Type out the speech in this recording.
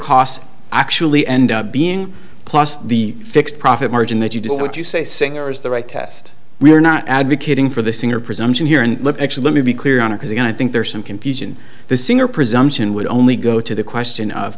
costs actually end up being plus the fixed profit margin that you do so would you say singer is the right test we're not advocating for the singer presumption here and actually let me be clear on a because again i think there is some confusion the singer presumption would only go to the question of